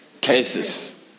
Cases